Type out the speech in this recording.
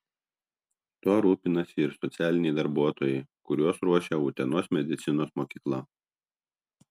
tuo rūpinasi ir socialiniai darbuotojai kuriuos ruošia utenos medicinos mokykla